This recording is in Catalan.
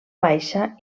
baixa